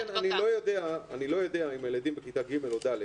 לכן אני לא יודע אם ילדים בכיתה ג' או ד'